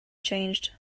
changed